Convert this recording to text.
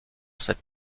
cette